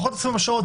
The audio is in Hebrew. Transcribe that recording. פחות 24 שעות,